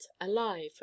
alive